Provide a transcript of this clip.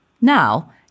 Now